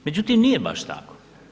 Međutim nije baš tako.